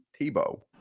Tebow